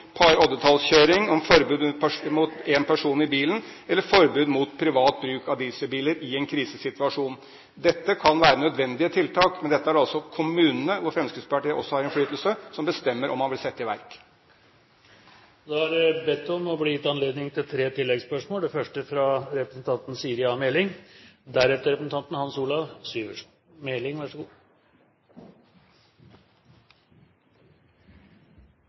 om forbud mot én person i bilen, eller forbud mot privat bruk av dieselbiler i en krisesituasjon. Dette kan være nødvendige tiltak, men dette er det altså kommunene, hvor Fremskrittspartiet også har innflytelse, som bestemmer om man vil sette i verk. Det er bedt om og blir gitt anledning til tre oppfølgingsspørsmål – først Siri A. Meling.